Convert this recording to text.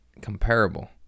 comparable